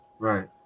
Right